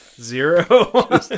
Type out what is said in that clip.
zero